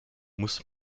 muss